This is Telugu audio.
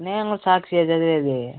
నేను కూడా సాక్షి చదివేది